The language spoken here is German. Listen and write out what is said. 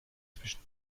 zwischen